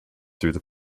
through